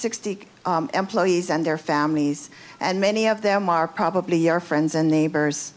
sixty employees and their families and many of them are probably our friends and neighbors